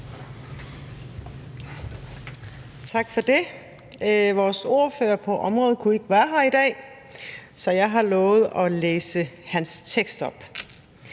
Tak for det. Vores ordfører på området kunne ikke være her i dag, så jeg har lovet at læse hans tekst op.